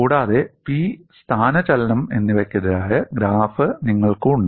കൂടാതെ പി സ്ഥാനചലനം എന്നിവയ്ക്കെതിരായ ഗ്രാഫ് നിങ്ങൾക്ക് ഉണ്ട്